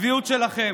הצביעות שלכם,